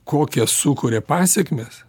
kokias sukuria pasekmes